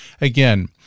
Again